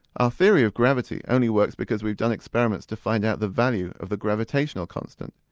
our theory of gravity only works because we've done experiments to find out the value of the gravitational constant.